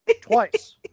Twice